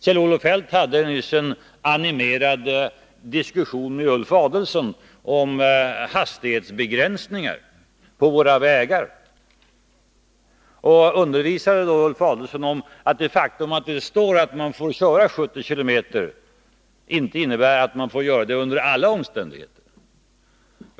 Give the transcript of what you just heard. Kjell-Olof Feldt hade nyss en animerad diskussion med Ulf Adelsohn om hastighetsbegränsningar på våra vägar och undervisade då Ulf Adelsohn om att det faktum att det står att man får köra 70 km/tim inte innebär att man får göra det under alla omständigheter.